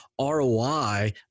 ROI